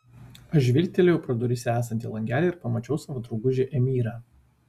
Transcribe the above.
aš žvilgtelėjau pro duryse esantį langelį ir pamačiau savo draugužį emyrą